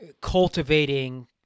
cultivating